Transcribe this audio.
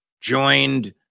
joined